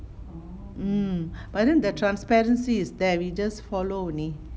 mm but then the transparency is there we just follow only